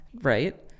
Right